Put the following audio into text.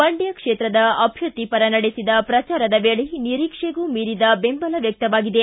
ಮಂಡ್ಕ ಕ್ಷೇತ್ರದ ಅಭ್ಯರ್ಥಿ ಪರ ನಡೆಸಿದ ಪ್ರಚಾರದ ವೇಳೆ ನಿರೀಕ್ಷೆಗೂ ಮೀರಿದ ಬೆಂಬಲ ವ್ಯಕ್ತವಾಗಿದೆ